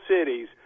cities